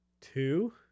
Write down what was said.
two